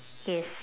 yes